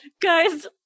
guys